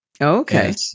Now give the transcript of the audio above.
Okay